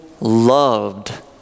loved